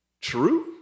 true